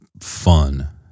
fun